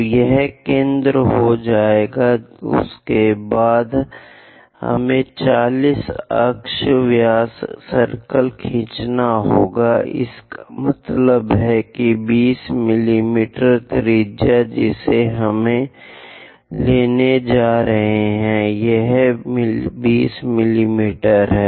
तो यह केंद्र हो जाएगा उसके बाद हमें 40 अक्ष व्यास सर्कल खींचना होगा इसका मतलब है कि 20 मिलीमीटर त्रिज्या जिसे हम लेने जा रहे हैं यह 20 मिमी है